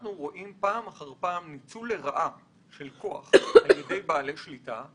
רואים פעם אחר פעם ניצול לרעה של כוח על ידי בעלי שליטה.